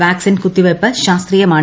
vaccine കുത്തിവയ്പ്പ് ശാസ്ത്രീയമാണ്